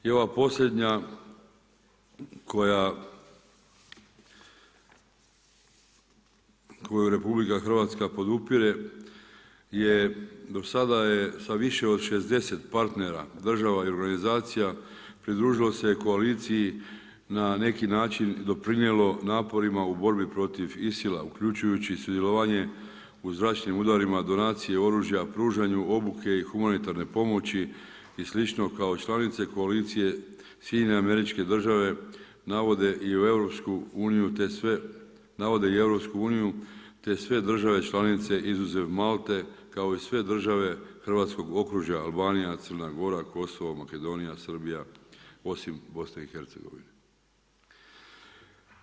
I ova posljednja koju RH podupire je, do sada je sa više od 60 partnera država i organizacija pridružilo se koaliciji na neki način i doprinijelo naporima u borbi protiv ISIL-a uključujući sudjelovanje u zračnim udarima, donacije oružja, pružanju obuke i humanitarne pomoći i slično kao i članice koalicije SAD-a navode i u EU te sve, navode i EU te sve države članice izuzev Malte kao i sve države hrvatskog okružja, Albanija, Crna Gora, Kosovo, Makedonija, Srbija, osim BiH-a.